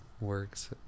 works